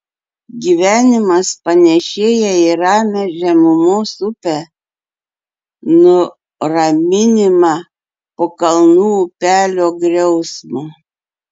gyvenimas panėšėja į ramią žemumos upę nuraminimą po kalnų upelių griausmo